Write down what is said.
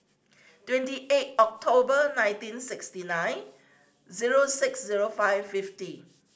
twenty eight October nineteen sixty nine zero six zero five fifty